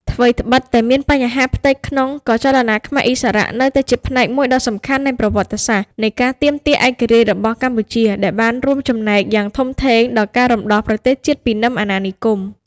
ថ្វីដ្បិតតែមានបញ្ហាផ្ទៃក្នុង ក៏ចលនាខ្មែរឥស្សរៈនៅតែជាផ្នែកមួយដ៏សំខាន់នៃប្រវត្តិសាស្ត្រនៃការទាមទារឯករាជ្យរបស់កម្ពុជា ដែលបានរួមចំណែកយ៉ាងធំធេងដល់ការរំដោះប្រទេសជាតិពីនឹមអាណានិគម។